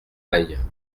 aille